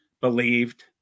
believed